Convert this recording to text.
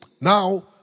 Now